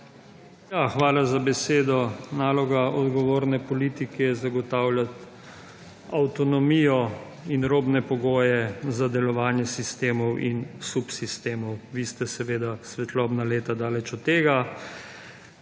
Hvala za besedo. Naloga odgovorne politike je zagotavljati avtonomijo in robne pogoje za delovanje sistemov in subsistemov. Vi ste seveda svetlobna leta daleč od tega,